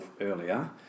earlier